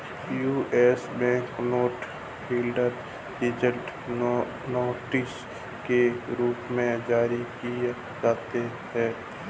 US bank note federal reserve notes के रूप में जारी किए जाते हैं